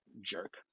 jerk